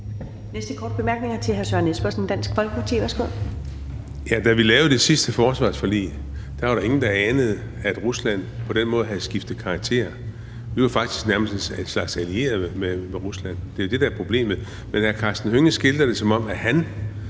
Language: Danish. Folkeparti. Værsgo. Kl. 13:46 Søren Espersen (DF): Ja, da vi lavede det sidste forsvarsforlig, var der ingen, der anede, at Rusland på den måde havde skiftet karakter. Vi var faktisk nærmest en slags allierede med Rusland – det er det, der er problemet. Men i forhold til at hr. Karsten Hønge skildrer det, som om han